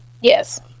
Yes